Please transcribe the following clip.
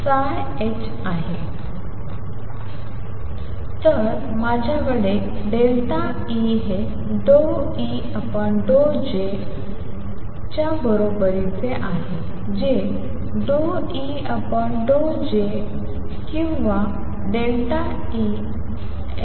आहे तर माझ्याकडे ΔE हे ∂E∂J ΔJ च्या बरोबरीचे आहे जे ∂E∂J τh किंवा En→n τhτclasical